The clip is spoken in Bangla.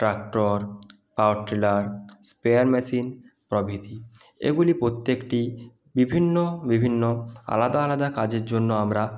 tractor power tiller spare machine প্রভৃতি এগুলি প্রত্যেকটি বিভিন্ন বিভিন্ন আলাদা আলাদা কাজের জন্য আমরা